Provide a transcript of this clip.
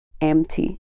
empty